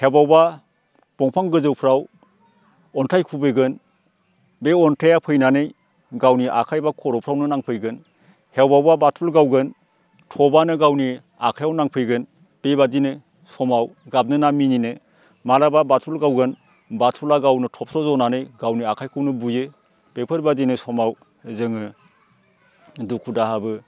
अबावबा दंफां गोजौफ्राव अन्थाइ खुबैगोन बे अन्थाइया फैनानै गावनि आखाइ बा खर'फ्रावनो नांफैगोन अबावबा बाथुल गावगोन थबानो गावनि आखाइयाव नांफैगोन बेबादिनो समाव गाबनोना मिनिनो माब्लाबा बाथुल गावगोन बाथुला गावनो थबस्र' जनानै गावनि आखाइखौनो बुयो बेफोरबादिनो समाव जोङो दुखु दाहाबो